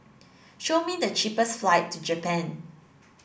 show me the cheapest flight to Japan